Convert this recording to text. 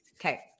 Okay